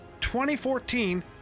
2014